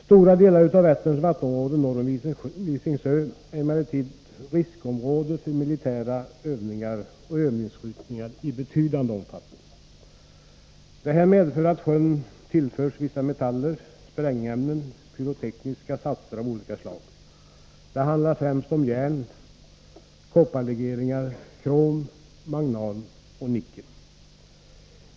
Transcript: Stora delar av Vätterns vattenområde norr om Visingsö är emellertid riskområde för militära övningar och övningsskjutningar i betydande omfattning. Detta medför att sjön tillförs vissa metaller, sprängämnen och pyrotekniska satser av olika slag. Det handlar främst om järnoch kopparlegeringar, krom, mangan och nickel.